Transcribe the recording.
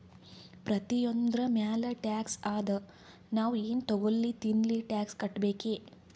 ಪ್ರತಿಯೊಂದ್ರ ಮ್ಯಾಲ ಟ್ಯಾಕ್ಸ್ ಅದಾ, ನಾವ್ ಎನ್ ತಗೊಲ್ಲಿ ತಿನ್ಲಿ ಟ್ಯಾಕ್ಸ್ ಕಟ್ಬೇಕೆ